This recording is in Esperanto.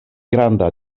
granda